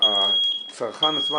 אפליקציות שהצרכן עצמו,